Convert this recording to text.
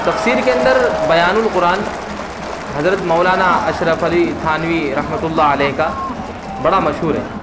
تفسیر کے اندر بیان القرآن حضرت مولانا اشرف علی تھانوی رحمۃ اللہ علیہ کا بڑا مشہور ہے